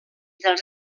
dels